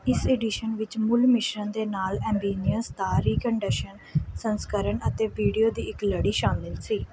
ਇਸ ਐਡੀਸ਼ਨ ਵਿੱਚ ਮੂਲ ਮਿਸ਼ਰਣ ਦੇ ਨਾਲ ਅਮੀਨੀਅਸ ਦਾ ਰੀਕਡਸ਼ਨ ਸੰਸਕਰਣ ਅਤੇ ਵੀਡੀਓ ਦੀ ਇੱਕ ਲੜੀ ਸ਼ਾਮਲ ਸੀ ਇਸ ਐਡੀਸ਼ਨ ਵਿੱਚ ਮੂਲ ਮਿਸ਼ਰਣ ਦੇ ਨਾਲ ਐਲਬਮ ਦਾ ਰੀਮਿਕਸਡ ਸੰਸਕਰਣ ਅਤੇ ਵੀਡੀਓ ਦੀ ਇੱਕ ਲੜੀ ਸ਼ਾਮਲ ਸੀ